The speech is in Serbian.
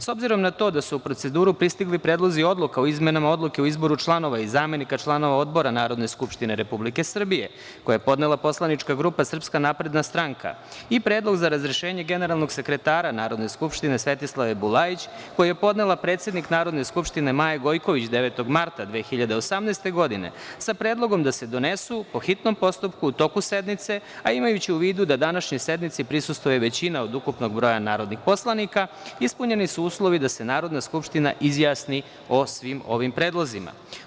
S obzirom na to da su u proceduru pristigli predlozi odluka o izmenama Odluke o izboru članova i zamenika članova Odbora Narodne skupštine Republike Srbije, koje je podnela poslanička grupa SNS i Predlog za razrešenje generalnog sekretara Narodne skupštine, Svetislave Bulajić, koji je podnela predsednik Narodne skupštine Maja Gojković 9. marta 2018. godine, sa predlogom da se donesu po hitnom postupku u toku sednice, a imajući u vidu da današnjoj sednici prisustvuje većina od ukupnog broja narodnih poslanika, ispunjeni su uslovi da se Narodna skupština izjasni o svim ovim predlozima.